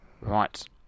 right